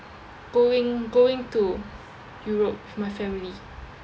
going going to europe with my family